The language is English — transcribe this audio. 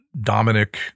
Dominic